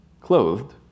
clothed